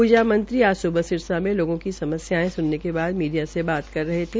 ऊर्जामंत्री आज स्बह सिरसा में लोगों की समस्यायें सुनने के बाद मीडिया से बात कर रहे थे